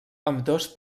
ambdós